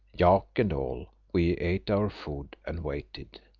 yak and all, we ate our food and waited.